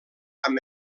amb